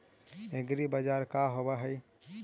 एग्रीबाजार का होव हइ?